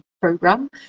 program